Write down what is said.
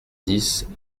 dix